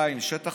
2. שטח